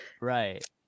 right